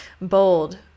bold